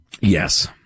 Yes